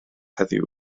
heddiw